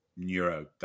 Neuro